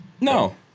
No